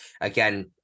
again